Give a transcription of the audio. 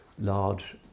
large